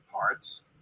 parts